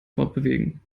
fortbewegen